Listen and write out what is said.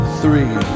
three